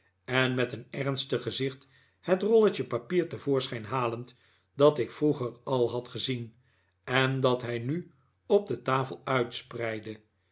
en met een ernstig gezicht het rolletje papier te voorschijn halend dat ik vroeger al had gezien en dat hij nu op de tafel uitspreidde